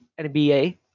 NBA